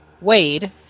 Wade